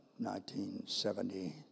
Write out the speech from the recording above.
1970